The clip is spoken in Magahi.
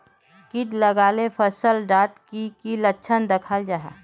किट लगाले फसल डात की की लक्षण दखा जहा?